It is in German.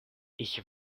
ich